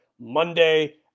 Monday